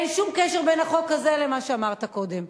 אין שום קשר בין החוק הזה למה שאמרת קודם.